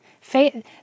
Faith